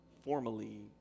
formally